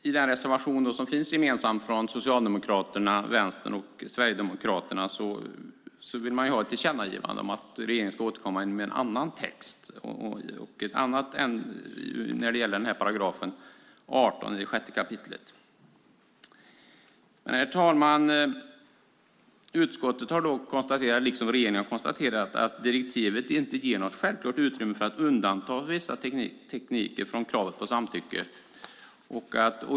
I den gemensamma reservationen från Socialdemokraterna, Vänstern och Sverigedemokraterna vill man ha ett tillkännagivande om att regeringen ska återkomma med en annan text när det gäller 6 kap. 18 §. Herr talman! Utskottet har dock konstaterat, liksom regeringen har konstaterat, att direktivet inte ger något självklart utrymme för att undanta vissa tekniker från kravet på samtycke.